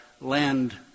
land